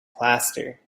plaster